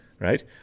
Right